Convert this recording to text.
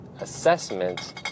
assessment